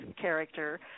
character